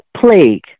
plague